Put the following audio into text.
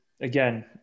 again